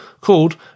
called